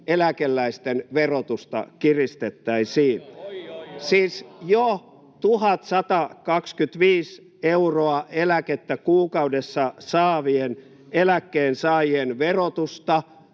ryhmästä: Törkeää! — Oijoijoi!] Siis jo 1 125 euroa eläkettä kuukaudessa saavien eläkkeensaajien verotusta